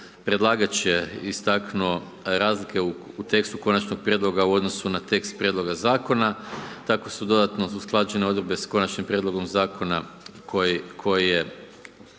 predlagač je istaknuo razlike u tekstu Konačnog prijedloga u odnosu na tekst Prijedloga Zakona. Tako su dodatno usklađenje Odredbe s Konačnim prijedlogom Zakona koje je,